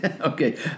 Okay